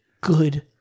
good